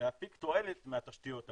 להפיק תועלת מהתשתיות הללו.